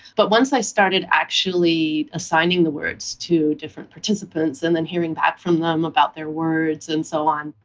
but once i started actually assigning the words to different participants and then hearing that from them about their words and so on,